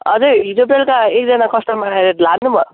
हजुर हिजो बेलुका एकजना कस्टमर आएर लानु भयो